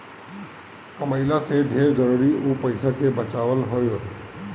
कमइला से ढेर जरुरी उ पईसा के बचावल हअ